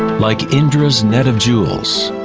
like indra's net of jewels,